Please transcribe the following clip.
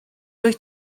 wyt